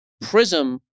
prism